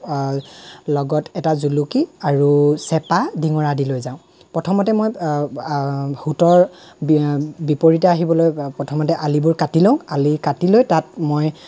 লগত এটা জুলুকি আৰু চেপা ডিঙৰা আদি লৈ যাওঁ প্ৰথমতে সুতৰ বিপৰীতে আহিবলৈ প্ৰথমতে আলিবোৰ কাটি লওঁ আলি কাটি লৈ তাত মই